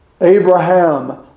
Abraham